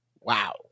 Wow